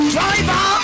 Driver